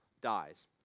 dies